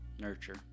nurture